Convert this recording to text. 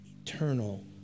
eternal